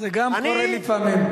זה גם קורה לפעמים.